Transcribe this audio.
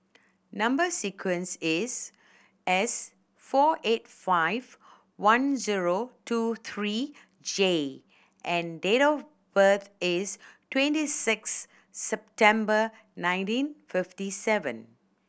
number sequence is S four eight five one zero two three J and date of birth is twenty six September nineteen fifty seven